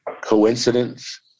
coincidence